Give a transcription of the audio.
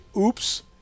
oops